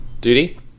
Duty